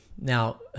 Now